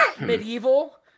medieval